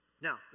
Now